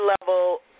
level